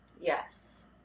Yes